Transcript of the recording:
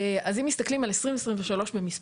אז אם מסתכלים על שנת 2023 במספרים,